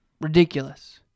ridiculous